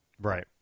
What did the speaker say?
Right